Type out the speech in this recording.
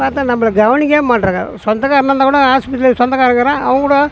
பார்த்தா நம்மள கவனிக்கவே மாட்றாங்க சொந்தக்காரனாக இருந்தால் கூட ஆஸ்பித்திரியில் சொந்தக்காரன் இருக்கிறான் அவங்கூட